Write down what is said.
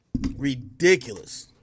Ridiculous